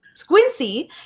Squincy